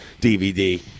DVD